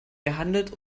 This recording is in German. gehandelt